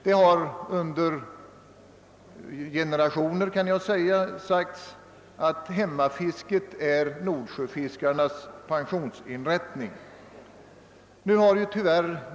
Det har under generationer sagts att hemmafisket är nordsjöfiskarnas pensionsinrättning.